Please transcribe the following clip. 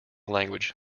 language